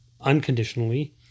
unconditionally